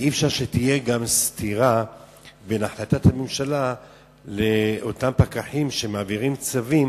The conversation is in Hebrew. אי-אפשר שתהיה סתירה בין החלטת הממשלה לאותם פקחים שמעבירים צווים